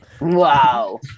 wow